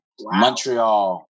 Montreal